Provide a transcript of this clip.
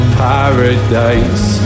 paradise